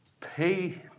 pay